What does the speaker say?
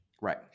Right